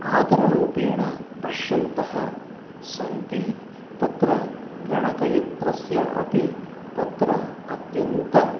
आदररूपेण पश्यन्तः सन्ति तत्र गणकयन्त्रस्य अपि तत्र अत्यन्तं